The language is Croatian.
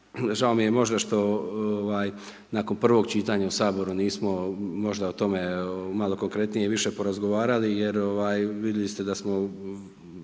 Žao mi je možda što ovaj nakon prvog čitanja u Saboru nismo možda o tome malo konkretnije i više porazgovarali jer ovaj vidjeli ste da smo